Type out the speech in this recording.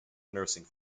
nursing